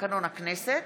לתקנון הכנסת: